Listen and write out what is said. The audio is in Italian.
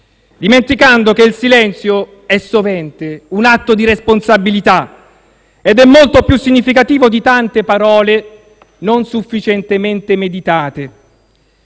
dimenticando che il silenzio è sovente un atto di responsabilità ed è molto più significativo di molte parole non sufficientemente meditate.